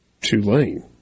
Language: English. Tulane